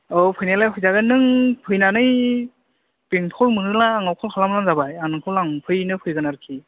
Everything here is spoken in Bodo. औ फैनायालाय फैजागोन नों फैनानै बेंथल मोनोब्ला आंनाव फन खालामब्लानो जाबाय आं नोंखौ लांफैनो फैगोन आरोखि